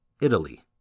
Italy